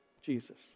Jesus